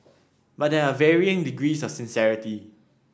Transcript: but there are varying degrees of sincerity